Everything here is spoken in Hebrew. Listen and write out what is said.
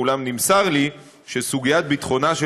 אולם נמסר לי שסוגיית ביטחונה של